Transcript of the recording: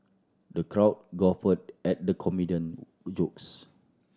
the crowd guffawed at the comedian jokes